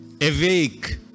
awake